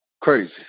crazy